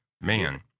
man